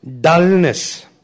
dullness